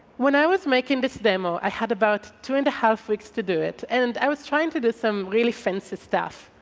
when i was making this demo, i had about two and a half weeks to do it, and i was trying to do some really fancy stuff.